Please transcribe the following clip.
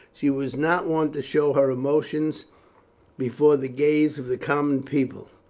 she was not one to show her emotion before the gaze of the common people.